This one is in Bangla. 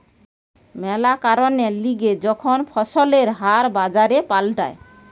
ম্যালা কারণের লিগে যখন ফসলের হার বাজারে পাল্টায়